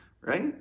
right